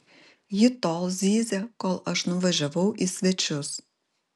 ji tol zyzė kol aš nuvažiavau į svečius